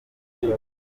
cyane